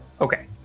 Okay